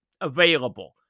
available